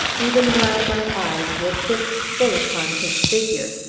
even while my eyes were fixed full upon his figure.